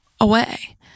away